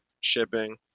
shipping